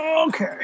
okay